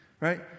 right